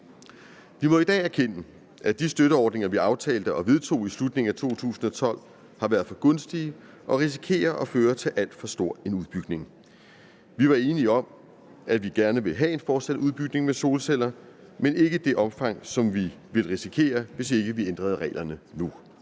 Vi må i dag erkende, at de støtteordninger, vi aftalte og vedtog i slutningen af 2012, har været for gunstige og risikerer at føre til alt for stor en udbygning. Vi var enige om, at vi gerne vil have en fortsat udbygning med solceller, men ikke i det omfang, som vi ville risikere, hvis ikke vi ændrede reglerne nu.